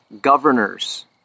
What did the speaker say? governors